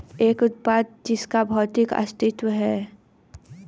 एक उत्पाद जिसका भौतिक अस्तित्व है?